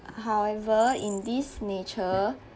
however in this nature